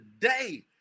today